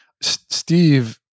Steve